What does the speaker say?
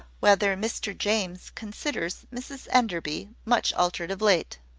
whether mr james considers mrs enderby much altered of late.